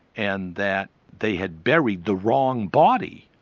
and that they had buried the wrong body.